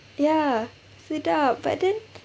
ya sedap but then